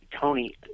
Tony